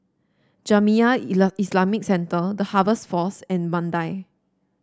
Jamiyah Ila Islamic Center The Harvest Force and Mandai